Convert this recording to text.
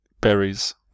berries